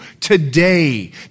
today